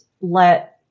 let